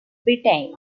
britain